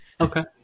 Okay